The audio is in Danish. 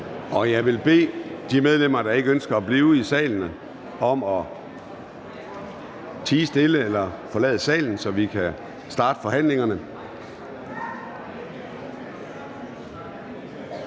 Jeg vil bede de medlemmer, der ikke ønsker at blive i salen, om at tie stille eller forlade salen, så vi kan starte forhandlingerne.